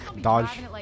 Dodge